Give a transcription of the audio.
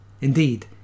Indeed